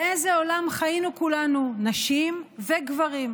באיזה עולם חיינו כולנו, נשים וגברים,